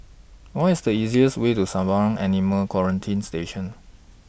What IS The easiest Way to Sembawang Animal Quarantine Station